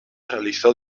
realizó